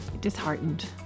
disheartened